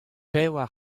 pevar